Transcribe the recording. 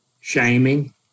shaming